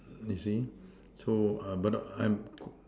you see so but I'm